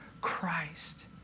Christ